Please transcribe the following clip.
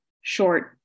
short